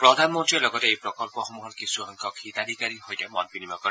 প্ৰধানমন্ত্ৰীয়ে লগতে এই প্ৰকল্পসমূহৰ কিছুসংখ্যক হিতাধিকাৰীৰ সৈতে মত বিনিময় কৰে